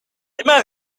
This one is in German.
immer